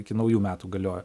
iki naujų metų galiojo